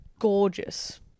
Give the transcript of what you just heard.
Gorgeous